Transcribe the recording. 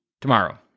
tomorrow